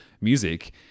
music